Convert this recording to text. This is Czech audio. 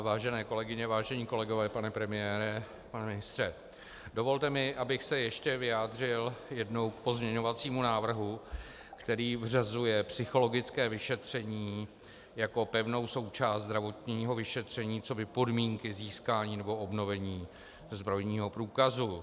Vážené kolegyně, vážení kolegové, pane premiére, pane ministře, dovolte mi, abych se ještě vyjádřil jednou k pozměňovacímu návrhu, který vřazuje psychologické vyšetření jako pevnou součást zdravotního vyšetření coby podmínky získání nebo obnovení zbrojního průkazu.